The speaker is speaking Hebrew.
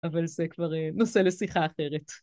אבל זה כבר נושא לשיחה אחרת.